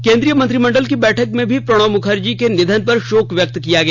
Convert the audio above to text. केंद्रीय मंत्रिमंडल की बैठक में भी प्रणब मुखर्जी के निधन पर शोक व्यक्त किया गया